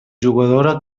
jugadora